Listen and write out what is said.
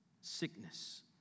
sickness